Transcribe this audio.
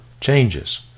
changes